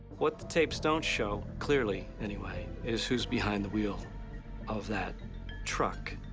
what the tapes don't show clearly, anyway, is who's behind the wheel of that truck.